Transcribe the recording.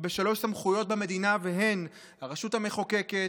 או בשלוש סמכויות במדינה והן: הרשות המחוקקת,